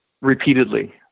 repeatedly